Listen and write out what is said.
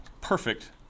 perfect